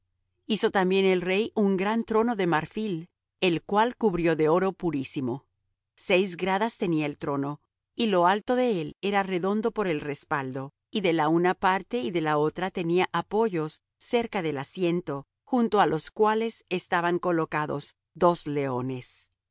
hizo también el rey un gran trono de marfil el cual cubrió de oro purísimo seis gradas tenía el trono y lo alto de él era redondo por el respaldo y de la una parte y de la otra tenía apoyos cerca del asiento junto á los cuales estaban colocados dos leones estaban